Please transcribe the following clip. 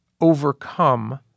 overcome